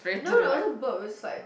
no no it wasn't burp it was just like